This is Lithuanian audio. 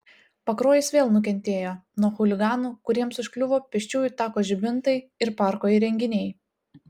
pakruojis vėl nukentėjo nuo chuliganų kuriems užkliuvo pėsčiųjų tako žibintai ir parko įrenginiai